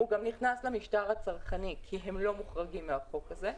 הוא גם נכנס למשטר הצרכני כי הם לא מוחרגים מהחוק הזה.